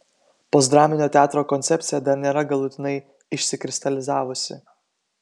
postdraminio teatro koncepcija dar nėra galutinai išsikristalizavusi